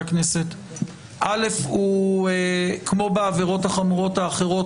הכנסת הוא כמו בעבירות החמורות האחרות,